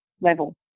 level